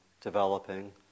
developing